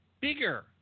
bigger